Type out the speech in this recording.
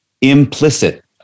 implicit